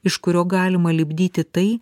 iš kurio galima lipdyti tai